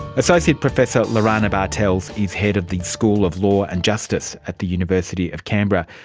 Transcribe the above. associate professor lorana bartels is head of the school of law and justice at the university of canberra.